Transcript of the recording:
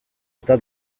eta